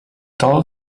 dull